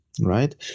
right